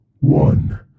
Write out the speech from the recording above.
one